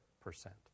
percent